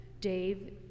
Dave